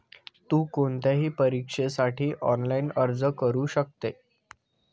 तु कोणत्याही परीक्षेसाठी ऑनलाइन अर्ज करू शकते